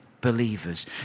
believers